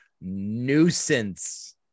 nuisance